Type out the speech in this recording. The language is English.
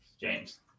James